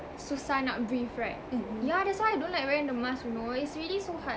susah nak breathe right yeah that's why I don't like wearing the mask you know it's really so hard